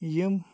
یِم